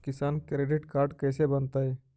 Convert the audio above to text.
किसान credit card कैसे बनतै?